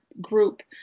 group